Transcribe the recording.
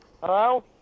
Hello